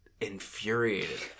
infuriated